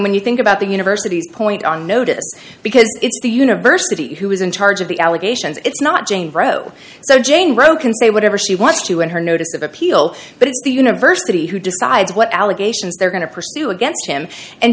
when you think about the university's point on notice because the university who is in charge of the allegations it's not jane bro so jane roe can say whatever she wants to in her notice of a heel but it's the university who decides what allegations they're going to pursue against him and